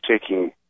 taking